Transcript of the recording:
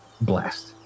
blast